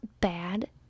bad